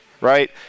right